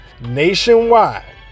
Nationwide